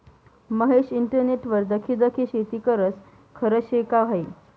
महेश इंटरनेटवर दखी दखी शेती करस? खरं शे का हायी